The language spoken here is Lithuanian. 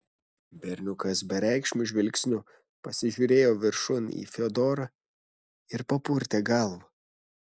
berniukas bereikšmiu žvilgsniu pasižiūrėjo viršun į fiodorą ir papurtė galvą